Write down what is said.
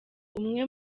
umwe